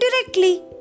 directly